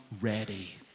ready